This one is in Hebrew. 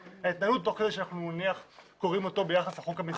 ההתנהלות תוך כדי שאנחנו קוראים אותו ביחס לחוק המתבקש.